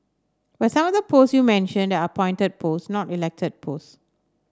but some of the post you mentioned are appointed post not elected post